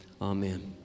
Amen